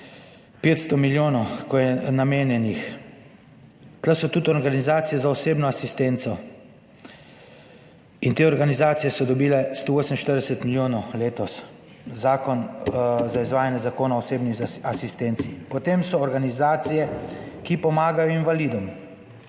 500 milijonov, ko je namenjenih. Tu so tudi organizacije za osebno asistenco in te organizacije so dobile 148 milijonov letos, Zakon za izvajanje Zakona o osebni asistenci, potem so organizacije, ki pomagajo invalidom: